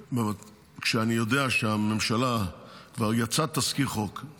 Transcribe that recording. כשאני יודע שבממשלה כבר יצא תסקיר חוק והיא